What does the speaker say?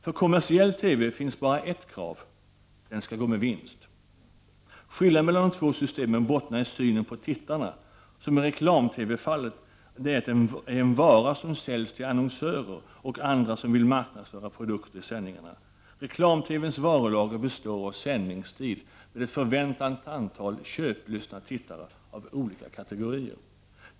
För kommersiell TV finns bara ett krav: den skall gå med vinst. Skillnaden mellan de två systemen bottnar i synen på tittarna. De är i reklam-TV-fallet en vara som säljs till annonsörer och andra som vill marknadsföra produkter i sändningarna. Reklam TV:s varulager består av sändningstid med ett förväntat antal köplystna tittare av olika kategorier.